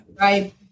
Right